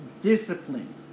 discipline